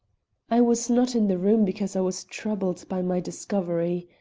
i was not in the room because i was troubled by my discovery.